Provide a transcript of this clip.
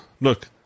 Look